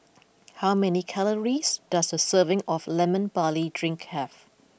how many calories does a serving of Lemon Barley Drink have